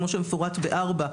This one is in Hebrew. כמו שמפורט בפסקה (4),